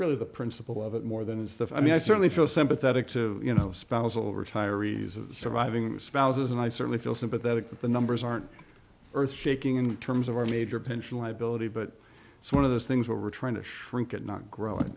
really the principle of it more than is that i mean i certainly feel sympathetic to you know spousal retirees and surviving spouses and i certainly feel sympathetic that the numbers aren't earthshaking in terms of our major pension liability but it's one of those things where we're trying to shrink it not grow